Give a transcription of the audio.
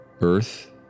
Earth